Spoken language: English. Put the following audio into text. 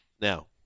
Now